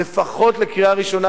לפחות לקריאה ראשונה,